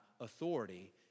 authority